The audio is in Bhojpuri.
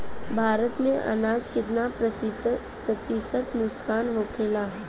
भारत में अनाज कितना प्रतिशत नुकसान होखेला?